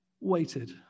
waited